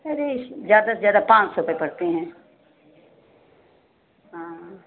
अरे ज़्यादा से ज़्यादा पाँच सौ रुपये पड़ते है हाँ